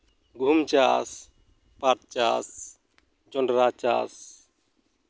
ᱜᱩᱦᱩᱢ ᱪᱟᱥ ᱯᱟᱴ ᱪᱟᱥ ᱡᱚᱸᱰᱨᱟ ᱪᱟᱥ